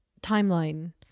timeline